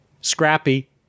Scrappy